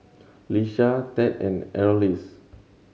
Iesha Tad and Arlis